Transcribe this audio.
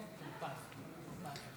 טור פז במקום?